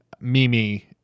Mimi